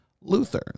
luther